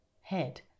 head